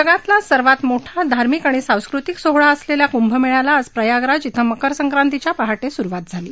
जगातला सर्वात मोठा धार्मिक आणि सांस्कृतिक सोहळा असलेल्या कुंभमेळ्याला आज प्रयागराज श्व मकरसंक्रांतीच्या पहाटे सुरुवात झाली